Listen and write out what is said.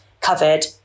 covered